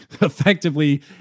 Effectively